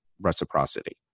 reciprocity